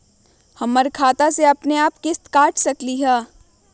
हमर खाता से अपनेआप किस्त काट सकेली?